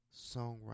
songwriter